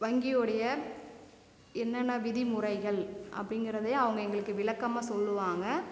வங்கியுடைய என்னன்ன விதிமுறைகள் அப்படிங்கறதையும் அவங்க எங்களுக்கு விளக்கமாக சொல்லுவாங்க